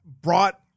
brought